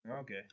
Okay